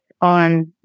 on